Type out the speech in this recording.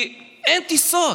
כי אין טיסות.